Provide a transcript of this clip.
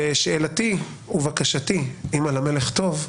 שאלתי ובקשתי, אם על המלך טוב,